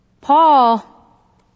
Paul